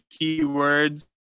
keywords